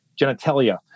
genitalia